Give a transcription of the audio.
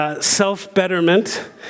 self-betterment